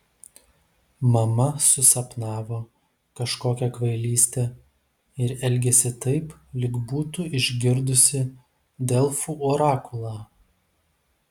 mama susapnavo kažkokią kvailystę ir elgiasi taip lyg būtų išgirdusi delfų orakulą